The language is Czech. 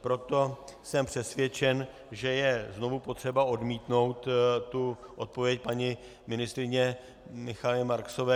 Proto jsem přesvědčen, že je znovu potřeba odmítnout odpověď paní ministryně Michaely Marksové.